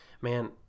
man –